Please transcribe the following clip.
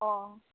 अ